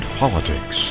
politics